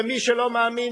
ומי שלא מאמין,